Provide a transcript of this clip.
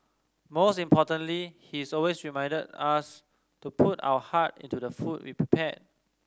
most importantly he is always remind us to put our heart into the food we prepare